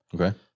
Okay